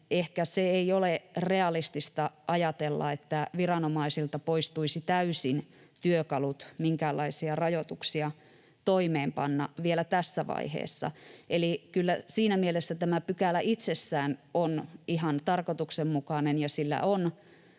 ehkä ei ole realistista ajatella, että viranomaisilta poistuisivat täysin työkalut minkäänlaisia rajoituksia toimeenpanna vielä tässä vaiheessa. Eli kyllä siinä mielessä tämä pykälä itsessään on ihan tarkoituksenmukainen ja sillä on